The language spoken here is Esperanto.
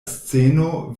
sceno